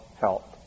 help